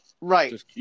right